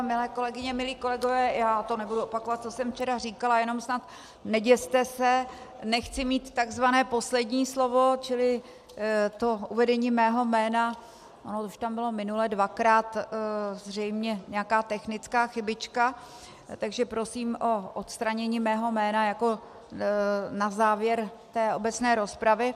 Milé kolegyně, milí kolegové, já nebudu opakovat, co jsem včera říkala, jenom snad neděste se, nechci mít takzvané poslední slovo, čili to uvedení mého jména, už tam byla minule dvakrát zřejmě nějaká technická chybička, takže prosím o odstranění mého jména jako na závěr obecné rozpravy.